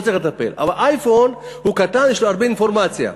תן להם הטבה כמו אזור עדיפות לאומית א'.